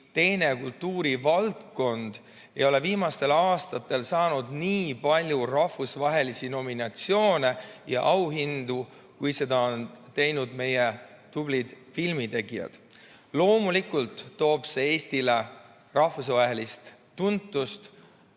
teine kultuurivaldkond ei ole viimastel aastatel saanud nii palju rahvusvahelisi nominatsioone ja auhindu, kui seda on teinud meie tublid filmitegijad. Loomulikult toob see Eestile rahvusvahelist tuntust,